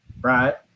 Right